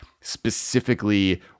specifically